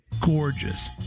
Gorgeous